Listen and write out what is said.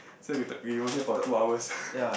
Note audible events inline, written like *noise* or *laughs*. so we talk we were here for two hours *laughs*